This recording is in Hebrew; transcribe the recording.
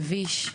מביש,